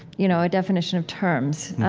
you know, a definition of terms.